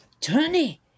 Tony